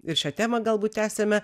ir šią temą galbūt tęsiame